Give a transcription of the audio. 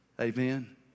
Amen